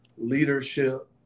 leadership